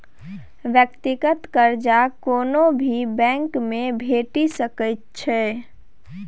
व्यक्तिगत कर्जा कोनो भी बैंकमे भेटि सकैत छै